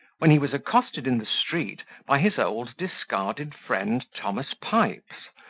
when he was accosted in the street by his old discarded friend thomas pipes,